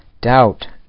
doubt